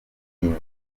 inyuma